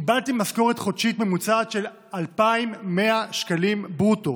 קיבלתי משכורת חודשית ממוצעת של 2,100 שקלים ברוטו,